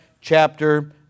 chapter